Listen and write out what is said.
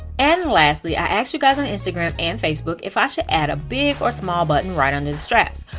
and lastly, i asked you guys on instagram and facebook if i should add a big or small button right under the straps.